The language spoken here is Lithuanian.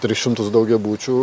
tris šimtus daugiabučių daugiabučių